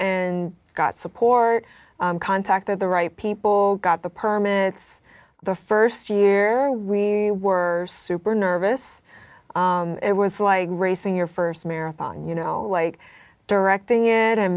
and got support contacted the right people got the permits the st year we were super nervous it was like racing your st marathon you know like directing it and